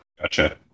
Gotcha